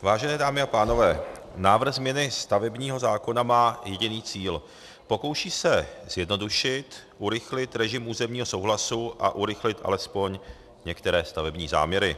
Vážené dámy a pánové, návrh změny stavebního zákona má jediný cíl: pokouší se zjednodušit, urychlit režim územního souhlasu a urychlit alespoň některé stavební záměry.